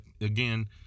again